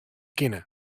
kinne